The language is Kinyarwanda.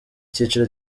cyiciro